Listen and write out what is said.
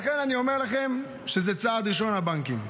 לכן, אני אומר לכם שזה צעד ראשון לבנקים.